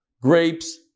grapes